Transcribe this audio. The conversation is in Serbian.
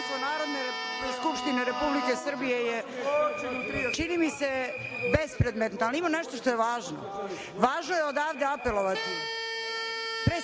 Narodne skupštine Republike Srbije je, čini mi se, bespredmetno, ali ima nešto važno. Važno je odavde apelovati,